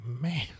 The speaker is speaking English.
man